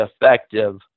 effective